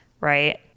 right